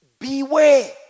beware